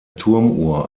turmuhr